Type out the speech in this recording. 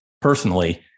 Personally